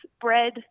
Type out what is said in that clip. bread